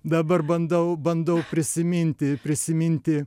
dabar bandau bandau prisiminti prisiminti